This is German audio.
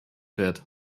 wird